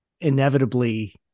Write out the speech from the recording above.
inevitably